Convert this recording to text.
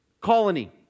colony